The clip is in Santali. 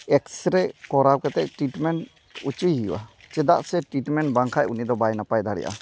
ᱮᱠᱥᱨᱮᱹ ᱠᱚᱨᱟᱣ ᱠᱟᱛᱮᱫ ᱴᱤᱴᱢᱮᱱᱴ ᱚᱪᱚᱭᱮ ᱦᱩᱭᱩᱜᱼᱟ ᱪᱮᱫᱟᱜ ᱥᱮ ᱴᱤᱴᱢᱮᱱᱴ ᱵᱟᱝᱠᱷᱟᱱ ᱩᱱᱤᱫᱚ ᱵᱟᱭ ᱱᱟᱯᱟᱭ ᱫᱟᱲᱮᱭᱟᱜᱼᱟ